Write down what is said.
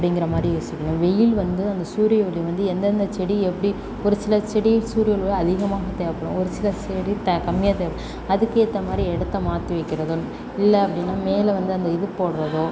அப்படிங்கிற மாதிரி யோசிக்கணும் வெயில் வந்து அந்த சூரிய ஒளி வந்து எந்தெந்த செடி எப்படி ஒரு சில செடிகளுக்கு சூரிய ஒளி அதிகமாக தேவைப்படும் ஒரு சில செடி த கம்மியாக தேவைப்படும் அதுக்கேற்ற மாதிரி இடத்த மாற்றி வைக்கிறதோ இல்லை அப்படின்னா மேலே வந்து அந்த இது போடுறதோ